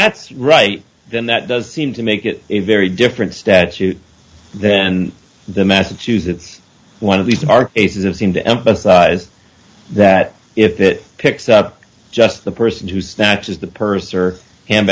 that's right then that does seem to make it a very different statute then the massachusetts one of these are aces of seem to emphasize that if it picks up just the person who snatches the purse